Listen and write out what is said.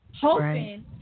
hoping